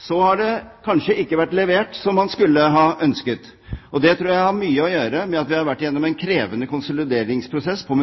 Så har det kanskje ikke vært levert slik man skulle ha ønsket, og det tror jeg har mye å gjøre med at vi har vært igjennom en krevende konsolideringsprosess på